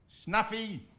Snuffy